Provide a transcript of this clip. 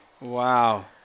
Wow